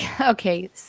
Okay